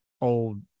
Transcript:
old